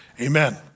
amen